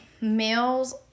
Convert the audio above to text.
males